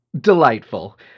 Delightful